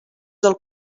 del